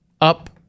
up